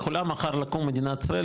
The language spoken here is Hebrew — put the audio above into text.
יכולה מחר לקום מדינת ישראל,